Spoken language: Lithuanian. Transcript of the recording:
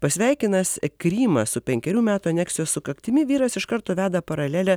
pasveikinąs krymą su penkerių metų aneksijos sukaktimi vyras iš karto veda paralelę